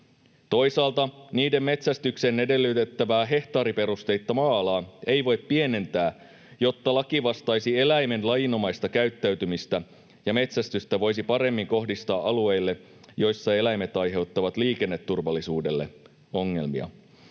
toisaalta niiden metsästykseen edellytettävää hehtaariperusteista maa-alaa ei voi pienentää, jotta laki vastaisi eläimen lajinomaista käyttäytymistä ja metsästystä voisi paremmin kohdistaa alueille, joissa eläimet aiheuttavat liikenneturvallisuudelle ongelmia.